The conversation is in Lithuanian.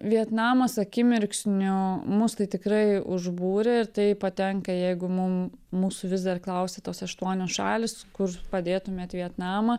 vietnamas akimirksniu mus tai tikrai užbūrė ir tai patenka jeigu mum mūsų vis dar klausia tos aštuonios šalys kur padėtumėt vietnamą